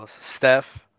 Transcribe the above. Steph